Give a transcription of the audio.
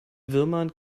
würmern